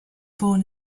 born